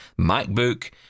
MacBook